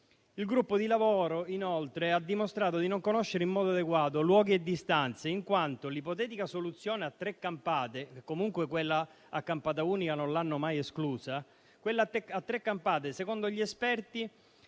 Il gruppo di lavoro, inoltre, ha dimostrato di non conoscere in modo adeguato luoghi e distanze, in quanto l'ipotetica soluzione a tre campate (comunque quella a campata unica non l'hanno mai esclusa), secondo gli esperti,